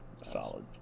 solid